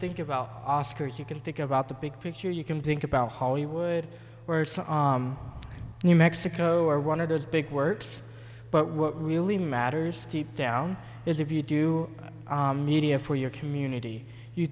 think about oscars you can think about the big picture you can think about hollywood or some new mexico or one of those big works but what really matters steep down is if you do media for your community you